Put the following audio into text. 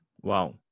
Wow